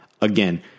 Again